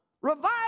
Revival